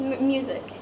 music